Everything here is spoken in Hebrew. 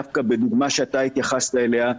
דווקא בדוגמה שאתה התייחסת אליה,